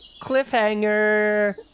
Cliffhanger